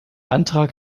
antrag